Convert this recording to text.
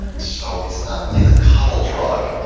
so, it's not only the cuddle drug,